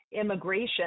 immigration